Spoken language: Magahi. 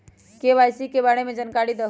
के.वाई.सी के बारे में जानकारी दहु?